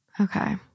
Okay